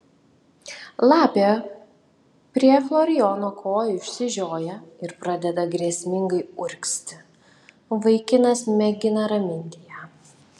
lapė prie florijono kojų išsižioja ir pradeda grėsmingai urgzti vaikinas mėgina raminti ją